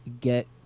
get